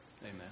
Amen